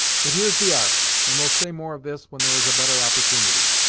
but here's the ark, and we'll say more of this when there is a better opportunity.